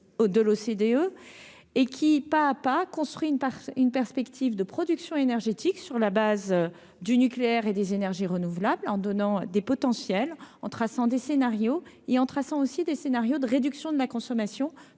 de l'OCDE et qui pas à pas construit une par une perspective de production énergétique sur la base du nucléaire et des énergies renouvelables en donnant des potentiels en traçant des scénarios et en traçant aussi des scénarios de réduction de la consommation